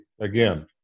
again